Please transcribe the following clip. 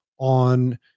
On